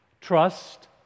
trust